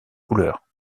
couleurs